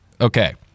okay